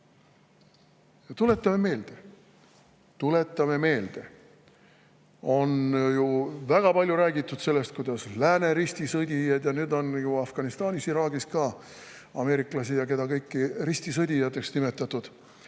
Tuletame meelde. Tuletame meelde! On ju väga palju räägitud lääne ristisõdijatest. Nüüd on ju Afganistanis ja Iraagis ka ameeriklasi ja keda kõiki ristisõdijateks nimetatud.